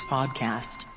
Podcast